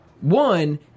One